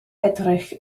edrych